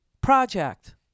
project